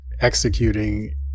executing